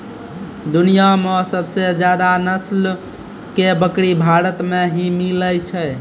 दुनिया मॅ सबसे ज्यादा नस्ल के बकरी भारत मॅ ही मिलै छै